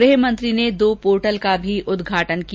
गृह मंत्री ने दो पोर्टल का भी उद्घाटन किया